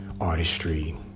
artistry